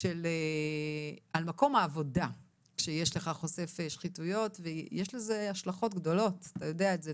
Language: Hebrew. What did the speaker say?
על מקום העבודה כשיש לך חושף שחיתויות ואתה יודע את זה,